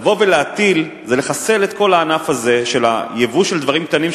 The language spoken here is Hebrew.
לבוא ולהטיל זה לחסל את כל הענף הזה של ייבוא דברים קטנים,